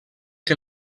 que